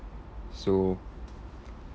so